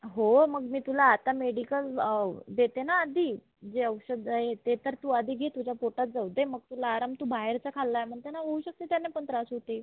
हो मग मी तुला आता मेडिकल देते ना आधी जे औषध आहे ते तर तू आधी घे तुझ्या पोटात जाऊ दे मग तुला आराम तू बाहेरचं खाल्लं आहे म्हणते ना होऊ शकतं त्याने पण त्रास होते